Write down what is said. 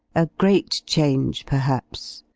a great change perhaps.